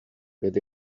get